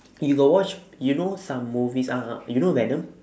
you got watch you know some movies uh you know venom